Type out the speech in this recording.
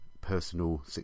personal